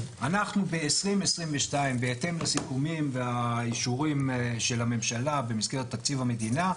אנחנו ב-2022 בהתאם לסיכומים והאישורים של הממשלה במסגרת תקציב המדינה,